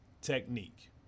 technique